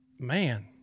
man